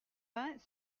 vingts